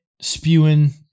spewing